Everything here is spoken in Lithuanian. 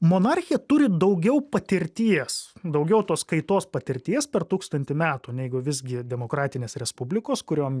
monarchija turi daugiau patirties daugiau tos kaitos patirties per tūkstantį metų neigu visgi demokratinės respublikos kuriom